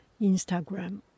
Instagram